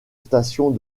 stations